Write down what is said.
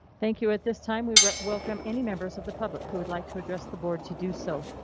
thank you at this time. we welcome any members of the public who would like to address the board to do so.